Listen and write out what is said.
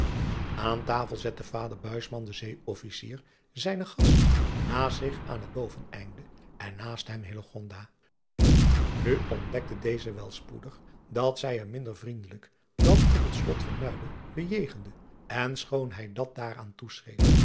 an tafel zette vader den ee fficier zijnen gast naast zich aan het boven einde en naast hem u ontdekte deze wel spoedig dat zij hem minder vriendelijk dan op het lot van uiden bejegende en schoon hij dat daaraan